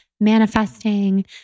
manifesting